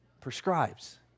prescribes